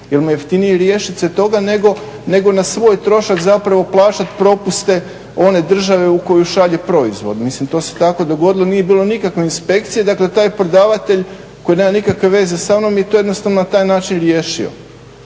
jer mu je jeftinije riješiti se toga nego na svoj trošak plaćati propuste one države u koju šalje proizvod. Mislim to se tako dogodilo, nije bilo nikakve inspekcije. Dakle taj prodavatelj koji nema nikakve veze sa mnom je to jednostavno na taj način riješio.